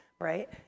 right